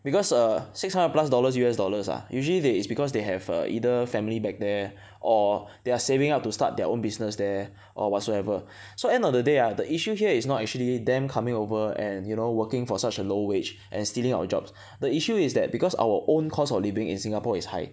because err six hundred plus dollars U_S dollars ah usually they is because they have err either family back there or they are saving up to start their own business there or whatsoever so end of the day ah the issue here is not actually them coming over and you know working for such a low wage and stealing our jobs the issue is that because our own cost of living in Singapore is high